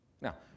Now